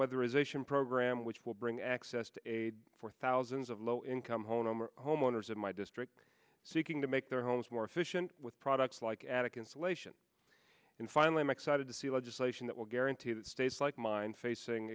weather is a sham program which will bring access to aid for thousands of low income home homeowners in my district seeking to make their homes more efficient with products like attic insulation and finally macside to see legislation that will guarantee that states like mine facing